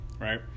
right